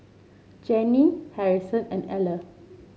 Jenny Harrison and Eller